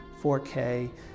4K